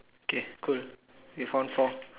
okay cool we found four